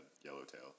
yellowtail